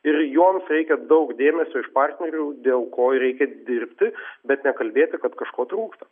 ir joms reikia daug dėmesio iš partnerių dėl ko ir reikia dirbti bet ne kalbėti kad kažko trūksta